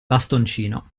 bastoncino